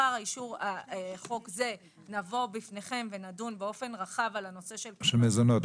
שלאחר אישור חוק זה נבוא בפניכם ונדון באופן רחב על הנושא של מזונות.